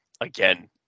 again